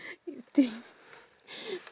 you think